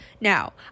Now